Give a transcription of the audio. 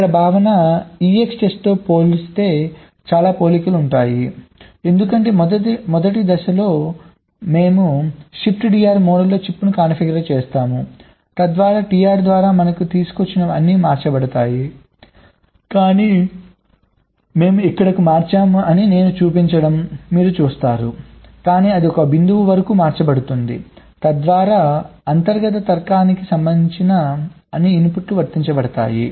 ఇక్కడ భావన EXTEST తో పోల్చితే చాలా పోలి ఉంటుంది ఎందుకంటే మొదటి దశలో మేము షిప్ట్డిఆర్ మోడ్లో చిప్ను కాన్ఫిగర్ చేస్తాము తద్వారా TDI ద్వారా మనం తీసుకున్నవి అన్ని మార్చబడతాయి కానీ మేము ఇక్కడకు మార్చాము అని నేను చూపించడం మీరు చూస్తారు కానీ అది ఒక బిందువు వరకు మార్చబడుతుంది తద్వారా అంతర్గత తర్కానికి సంబంధించిన అన్ని ఇన్పుట్లు వర్తించబడతాయి